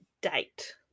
date